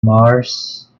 mars